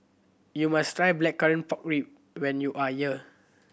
you must try Blackcurrant Pork Ribs when you are here